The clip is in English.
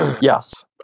Yes